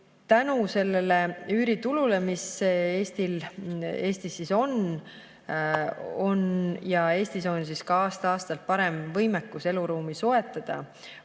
Tänu sellele üüriturule, mis Eestis on, on Eestis aasta-aastalt parem võimekus eluruumi soetada